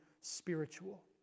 spiritual